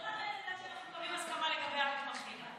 לא לרדת עד שאנחנו מקבלים הסכמה לגבי המתמחים.